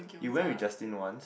you went with Justin once